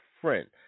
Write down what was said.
friend